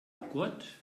joghurt